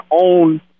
own